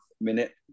minute